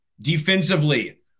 Defensively